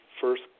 first